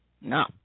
no